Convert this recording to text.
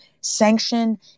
sanction